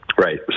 right